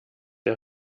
der